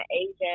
agent